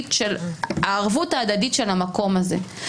החברתית של הערבות ההדדית של המקום הזה.